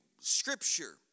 Scripture